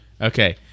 Okay